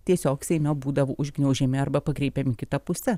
tiesiog seime būdavo užgniaužiami arba pakreipiami kita puse